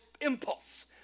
impulse